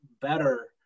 better